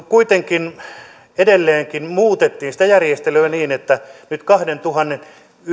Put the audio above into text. kuitenkin edelleenkin muutettiin sitä järjestelyä niin että nyt kahdentuhannen